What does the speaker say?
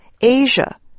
Asia